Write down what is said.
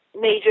major